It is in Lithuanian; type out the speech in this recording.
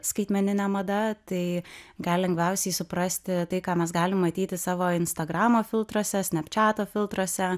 skaitmeninė mada tai gali lengviausiai suprasti tai ką mes galime matyti savo instagramo filtruose snepčiato filtruose